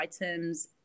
items